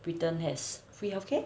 britain has free healthcare